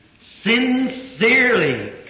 sincerely